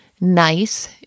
nice